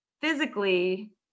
physically